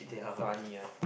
funny ah